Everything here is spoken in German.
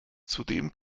zudem